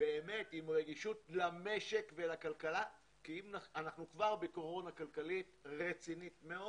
עם רגישות למשק ולכלכלה כי אנחנו כבר בקורונה כלכלית רצינית מאוד.